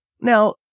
Now